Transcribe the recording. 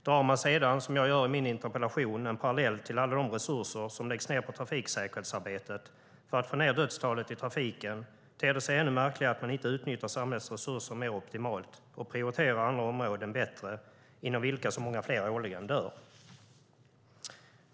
Drar man sedan, som jag gör i min interpellation, en parallell till alla de resurser som läggs ned på trafiksäkerhetsarbetet för att få ned dödstalet i trafiken ter det sig ännu märkligare att man inte utnyttjar samhällets resurser mer optimalt och prioriterar andra områden bättre inom vilka så många fler årligen dör.